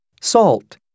Salt